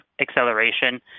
acceleration